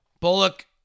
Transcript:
Bullock